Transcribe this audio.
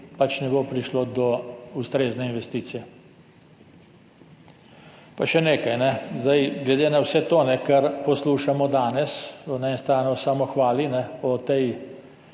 pač ne bo prišlo do ustrezne investicije. Pa še nekaj, glede na vse to, kar poslušamo danes na eni strani o samohvali o tem